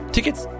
Tickets